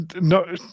no